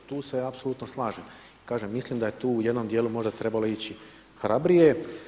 Tu se apsolutno slažem, kažem mislim da je tu u jednom dijelu možda trebalo ići hrabrije.